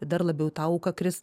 dar labiau į tą auką kris